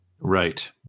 Right